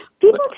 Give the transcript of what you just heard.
people